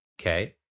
Okay